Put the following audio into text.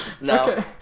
no